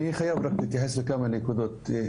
אני חייב להתייחס לכמה נקודות.